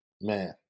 Man